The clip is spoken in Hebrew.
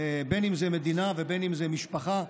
בין שזה מדינה ובין שזה משפחה,